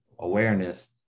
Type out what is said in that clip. Awareness